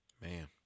man